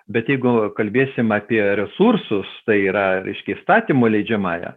bet jeigu kalbėsim apie resursus tai yra reiškia įstatymų leidžiamąją